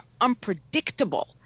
unpredictable